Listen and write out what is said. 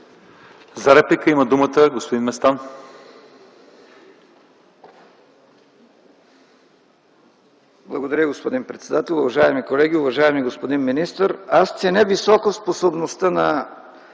За реплика има думата господин Местан.